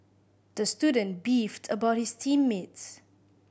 the student beefed about his team mates